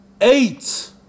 eight